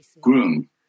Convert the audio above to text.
groom